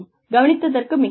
கவனித்ததற்கு மிக்க நன்றி